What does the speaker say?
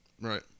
Right